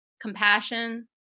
compassion